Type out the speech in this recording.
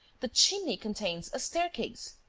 the chimney contains a staircase.